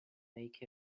make